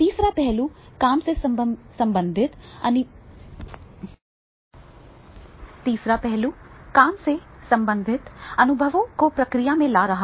तीसरा पहलू काम से संबंधित अनुभवों को प्रक्रिया में ला रहा है